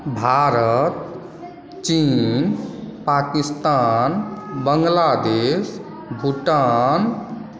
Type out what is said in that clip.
भारत चीन पाकिस्तान बांग्लादेश भुटान